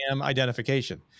identification